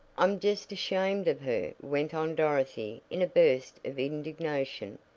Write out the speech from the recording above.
i'm just ashamed of her, went on dorothy in a burst of indignation.